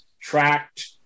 tracked